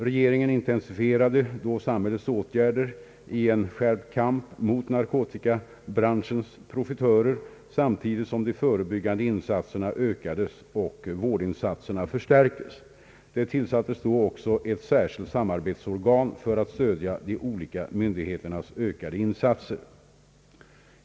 Regeringen intensifierade då samhällets åtgärder i en skärpt kamp mot narkotikabranschens profitörer samtidigt som de förebyggande insatserna ökades och vårdinsatserna förstärktes. Det tillsattes då också ett särskilt samarbetsorgan för att stödja de olika myndigheternas olika insatser.